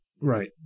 Right